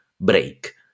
break